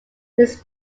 his